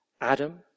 Adam